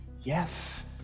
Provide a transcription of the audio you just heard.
Yes